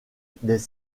des